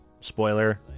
spoiler